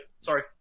sorry